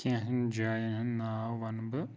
کینٛہَن جایَن ہُنٛد ناو وَنہٕ بہٕ